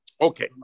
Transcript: Okay